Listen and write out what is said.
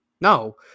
No